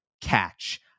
catch